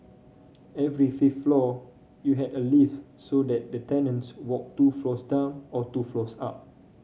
every floor you had a lift so that the tenants walked two floors down or two floors up